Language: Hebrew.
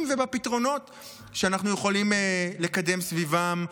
ובפתרונות שאנחנו יכולים לקדם סביבם.